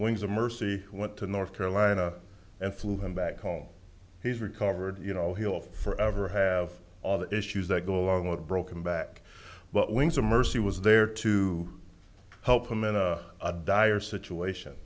wings of mercy went to north carolina and flew him back home he's recovered you know he'll forever have all the issues that go along with a broken back but wings of mercy was there to help him in a dire situation